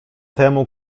temu